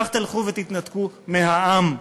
כך תלכו ותתנתקו מהעם.